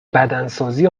بدنسازی